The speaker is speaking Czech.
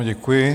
Děkuji.